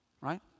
Right